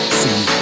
see